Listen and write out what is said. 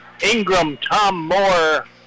Ingram-Tom-Moore